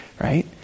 right